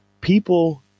people